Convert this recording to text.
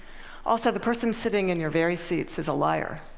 also the person sitting in your very seats is a liar.